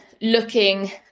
looking